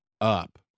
up